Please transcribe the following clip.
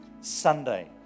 Sunday